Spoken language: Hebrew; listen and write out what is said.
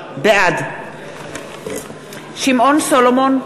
בעד שמעון סולומון,